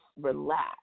relax